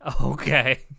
Okay